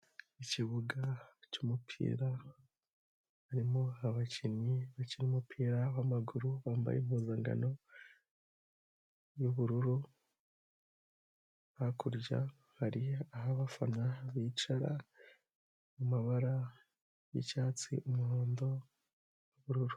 Ikibuga cy'umupira harimo abakinnyi bakina umupira w'amaguru bambaye impuzankano y'ubururu, hakurya hari aho abafana bicara mumabara y'icyatsi, umuhondo, ubururu.